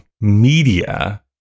media